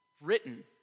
written